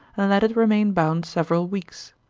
and let it remain bound several weeks.